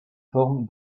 forme